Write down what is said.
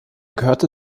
gehörte